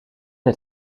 het